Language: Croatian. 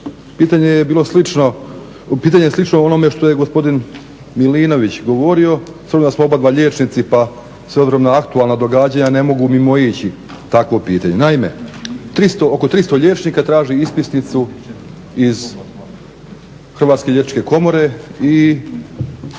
Pitanje je slično onome što je gospodin Milinović govorio, s obzirom da smo oba dva liječnici pa s obzirom na aktualna događanja ne mogu mimoići takvo pitanje. Naime, oko 300 liječnika traži ispisnicu iz Hrvatske liječničke komore i